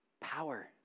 Power